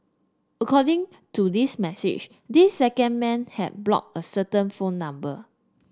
according to this message this second man had blocked a certain phone number